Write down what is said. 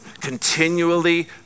continually